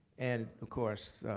and of course,